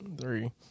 Three